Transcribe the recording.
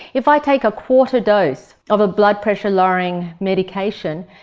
if i take a quarter dose of a blood pressure lowering medication,